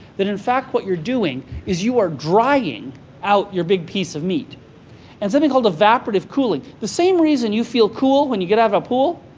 that in fact, what you're doing is you are drying out your big piece of meat and it's something called evaporative cooling. the same reason you feel cool when you get out of a pool,